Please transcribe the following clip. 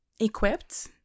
equipped